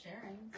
sharing